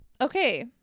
Okay